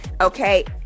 okay